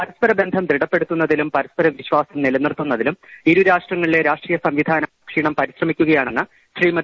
പരസ്പര ബന്ധം ദൃഢപ്പെടുത്തുന്ന പരസ്പര വിശ്വാസം നിലനിർത്തുന്നതിലും ഇരു രാഷ്ട്ര തിലും ങ്ങളിലെ രാഷ്ട്രീയ സംവിധാനം അക്ഷീണം പരിശ്രമിക്കുകയാണെന്ന് ശ്രീമതി